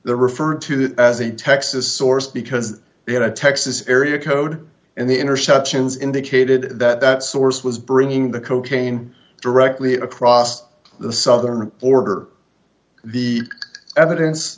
they're referred to as a texas source because they had a texas area code and the interceptions indicated that that source was bringing the cocaine directly across the southern border the evidence